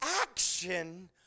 action